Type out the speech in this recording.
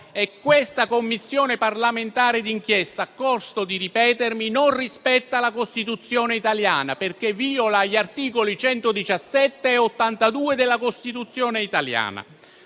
e questa Commissione parlamentare d'inchiesta, a costo di ripetermi, non rispetta la Costituzione italiana, perché ne vìola gli articoli 117 e 82. Vorrei anche